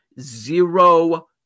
zero